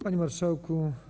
Panie Marszałku!